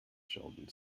sheldon